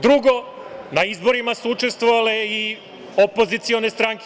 Drugo, na izborima su učestvovale i opozicione stranke.